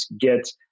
get